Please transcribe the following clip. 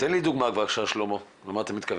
תן לי דוגמה בבקשה שלמה, למה אתה מתכוון.